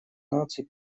наций